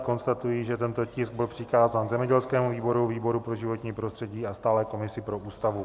Konstatuji, že tento tisk byl přikázán zemědělskému výboru, výboru pro životní prostředí a Stálé komisi pro Ústavu.